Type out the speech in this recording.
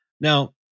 Now